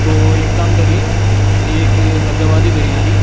تو ایک کام کریے ایک حیدرآبادی بریانی